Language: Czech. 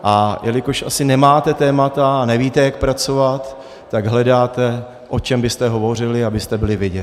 A jelikož asi nemáte témata a nevíte, jak pracovat, tak hledáte, o čem byste hovořili, abyste byli vidět.